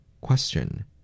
Question